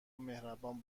مهربان